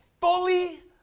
fully